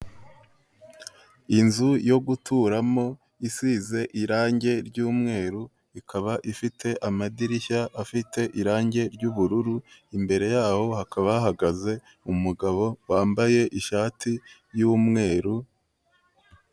Inzu yo guturamo isize irange ry'umweru ikaba ifite amadirishya afite irange ry'ubururu imbere yaho hakaba hahagaze umugabo wambaye ishati y'umweru.